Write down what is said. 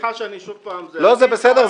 סליחה שאני שוב --- לא זה בסדר.